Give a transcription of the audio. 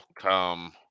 come